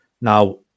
Now